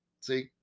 See